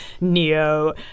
Neo